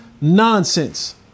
nonsense